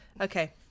Okay